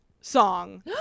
song